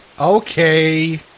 Okay